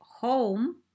home